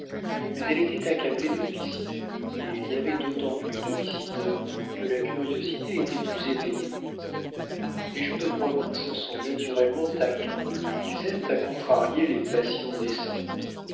mais elle était accablée de visites et il y avait d'autant plus de visiteurs que la curiosité était plus éveillée les gens de province sont naturellement taquins ils aiment à contrarier les passions naissantes